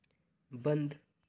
बंद